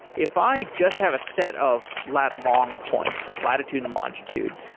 if i just have a set of lat long points, latitude and longitude,